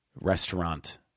restaurant